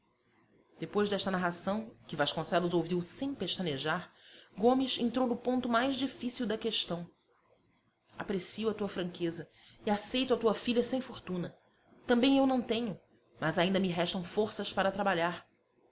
depois desta narração que vasconcelos ouviu sem pestanejar gomes entrou no ponto mais difícil da questão aprecio a tua franqueza e aceito a tua filha sem fortuna também eu não tenho mas ainda me restam forças para trabalhar